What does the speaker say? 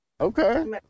Okay